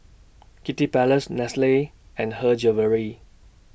Kiddy Palace Nestle and Her Jewellery